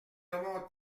aimons